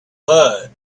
but